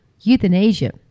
euthanasia